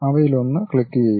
അവയിലൊന്ന് ക്ലിക്കുചെയ്യുക